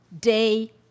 day